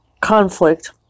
conflict